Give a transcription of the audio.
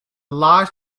laars